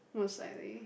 most likely